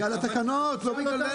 בגלל התקנות, לא בגללנו.